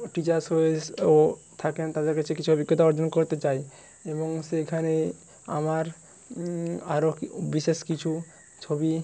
teachers রয়েছে ও থাকেন তাদের কাছে কিছু অভিজ্ঞতা অর্জন করতে চাই এবং সেখানে আমার আরও বিশেষ কিছু ছবি